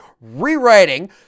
rewriting